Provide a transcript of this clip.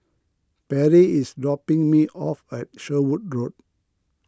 Perri is dropping me off at Sherwood Road